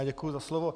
Děkuji za slovo.